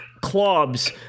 clubs